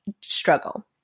struggle